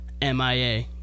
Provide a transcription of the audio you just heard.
MIA